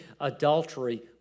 adultery